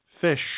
Fish